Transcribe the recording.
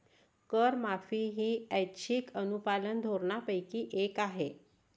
करमाफी ही ऐच्छिक अनुपालन धोरणांपैकी एक आहे